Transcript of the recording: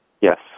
Yes